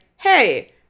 hey